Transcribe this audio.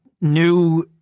new